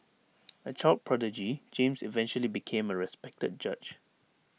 A child prodigy James eventually became A respected judge